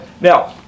Now